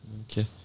Okay